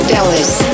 Dallas